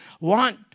want